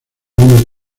una